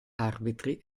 arbitri